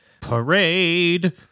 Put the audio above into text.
parade